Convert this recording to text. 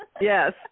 Yes